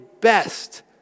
best